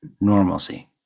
normalcy